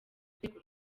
rwego